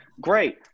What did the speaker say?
great